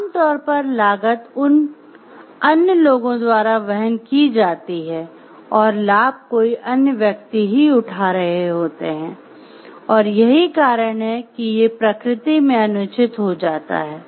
आमतौर पर लागत अन्य लोगों द्वारा वहन की जाती है और लाभ कोई अन्य व्यक्ति ही उठा रहे होते हैं और यही कारण है कि ये प्रकृति में अनुचित हो जाता हैं